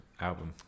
album